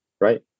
right